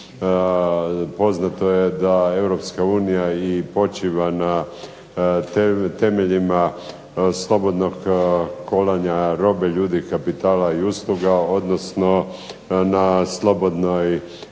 Poznato je da Europska unija i počiva na temeljima slobodnog kolanja robe, ljudi, kapitala i usluga, odnosno na slobodnoj